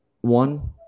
One